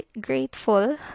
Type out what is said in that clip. grateful